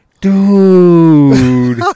Dude